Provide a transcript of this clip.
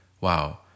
wow